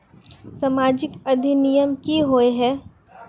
सामाजिक अधिनियम की होय है?